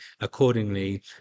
accordingly